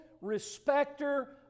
respecter